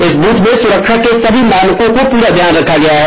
इस बुथ में सुरक्षा के सभी मानको का पुरा ध्यान रखा गया है